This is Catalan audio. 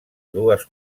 dues